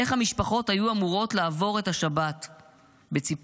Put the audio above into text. איך המשפחות היו אמורות לעבור את השבת בציפייה?